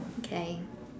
okay